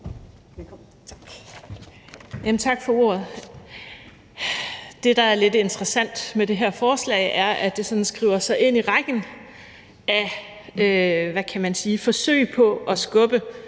Tak for ordet. Det, der er lidt interessant med det her forslag, er, at det sådan skriver sig ind i rækken af, hvad kan